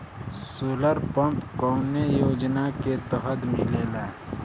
Solar pump कौने योजना के तहत मिलेला?